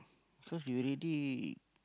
because you already